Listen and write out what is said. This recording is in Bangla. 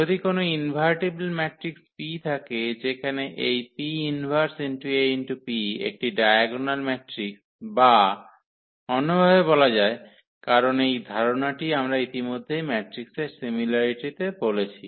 যদি কোন ইনভার্টিবল ম্যাট্রিক্স P থাকে যেখানে এই 𝑃−1𝐴𝑃 একটি ডায়াগোনাল ম্যাট্রিক্স বা অন্যভাবে বলা যায় কারণ এই ধারণাটি আমরা ইতিমধ্যেই ম্যাট্রিকের সিমিলারিটিতে বলেছি